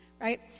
right